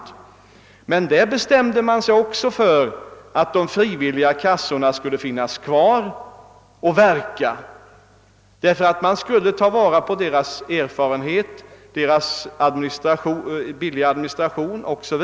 även där bestämde man sig emel "lertid för att de frivilliga kassorna skulle finnas kvar, eftersom man ville ta vara på deras: erfarenhet, deras billiga administration 0. s. Vv.